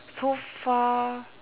so far